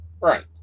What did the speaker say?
right